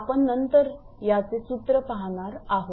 आपण नंतर याचे सूत्र पाहणार आहोत